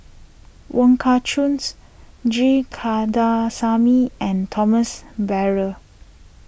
Wong Kah Chun's G Kandasamy and Thomas Braddell